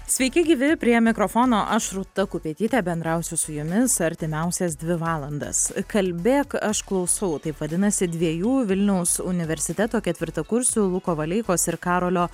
sveiki gyvi prie mikrofono aš rūta kupetytė bendrausiu su jumis artimiausias dvi valandas kalbėk aš klausau taip vadinasi dviejų vilniaus universiteto ketvirtakursių luko valeikos ir karolio